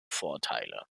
vorteile